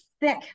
thick